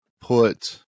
put